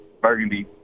burgundy